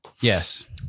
Yes